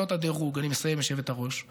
שבכלל לא התייחסת אליה,